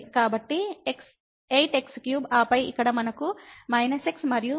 కాబట్టి 8x3 ఆపై ఇక్కడ మనకు x మరియు 2x ఉన్నాయి